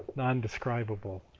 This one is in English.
non-describable.